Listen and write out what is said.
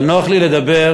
אבל נוח לי לדבר,